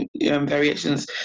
variations